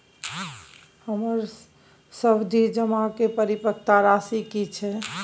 हमर सावधि जमा के परिपक्वता राशि की छै?